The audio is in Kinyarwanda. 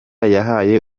yahaye